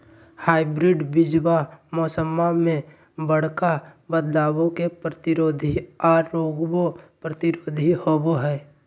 hybrid बीजावा मौसम्मा मे बडका बदलाबो के प्रतिरोधी आ रोगबो प्रतिरोधी होबो हई